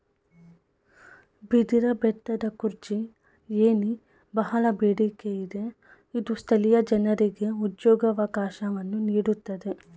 ಬಿದಿರ ಬೆತ್ತದ ಕುರ್ಚಿ, ಏಣಿ, ಬಹಳ ಬೇಡಿಕೆ ಇದೆ ಇದು ಸ್ಥಳೀಯ ಜನರಿಗೆ ಉದ್ಯೋಗವಕಾಶವನ್ನು ನೀಡುತ್ತಿದೆ